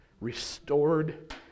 Restored